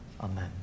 Amen